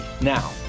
Now